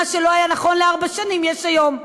מה שלא היה נכון ארבע שנים, יש היום.